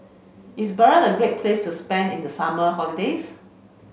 is Bahrain a great place to spend in the summer holiday